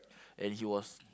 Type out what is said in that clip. and he was